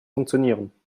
funktionieren